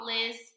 Liz